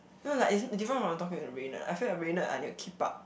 no like is different from talking to Raynard I feel like Raynard I need to keep up